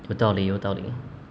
有道理有道理